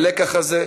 והלקח הזה,